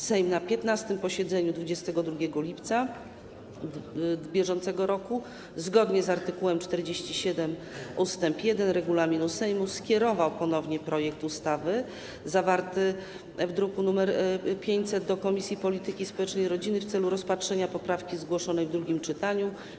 Sejm na 15. posiedzeniu w dniu 22 lipca br., zgodnie z art. 47 ust. 1 regulaminu Sejmu, skierował ponownie projekt ustawy zawarty w druku nr 500 do Komisji Polityki Społecznej i Rodziny w celu rozpatrzenia poprawki zgłoszonej w drugim czytaniu.